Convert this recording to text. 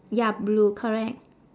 ya blue correct